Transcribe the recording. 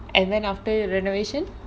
and then after renovation